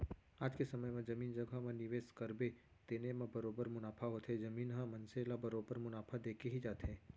आज के समे म जमीन जघा म निवेस करबे तेने म बरोबर मुनाफा होथे, जमीन ह मनसे ल बरोबर मुनाफा देके ही जाथे